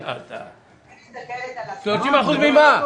30% ממה?